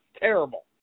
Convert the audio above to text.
terrible